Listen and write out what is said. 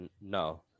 no